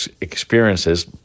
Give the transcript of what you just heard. experiences